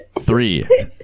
Three